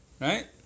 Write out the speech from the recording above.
Right